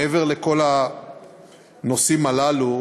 מעבר לכל הנושאים הללו,